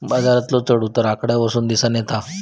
बाजारातलो चढ उतार आकड्यांवरसून दिसानं येतत